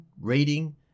reading